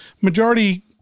majority